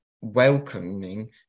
welcoming